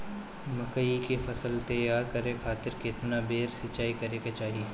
मकई के फसल तैयार करे खातीर केतना बेर सिचाई करे के चाही?